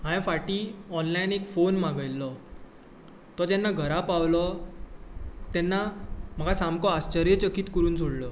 हांये फाटीं ऑनलायन एक फॉन मागयिल्लो तो जेन्ना घरा पावलो तेन्ना म्हाका सामको आश्चर्यचकीत करून सोडलो